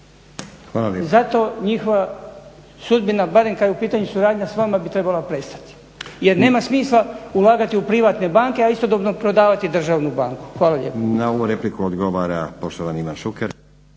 zato njihova sudbina barem kada je u pitanju suradnja s vama bi trebala prestati jer nema smisla ulagati u privatne banke, a istodobno prodavati državnu banku. Hvala lijepo.